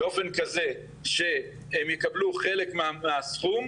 באופן כזה שהם יקבלו חלק מהסכום,